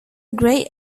grey